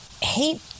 hate